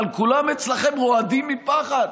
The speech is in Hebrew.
אבל כולם אצלכם רועדים מפחד